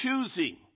choosing